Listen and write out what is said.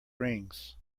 rings